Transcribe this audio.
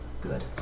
good